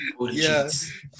Yes